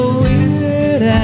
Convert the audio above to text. weird